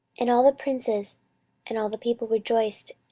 and all the princes and all the people rejoiced,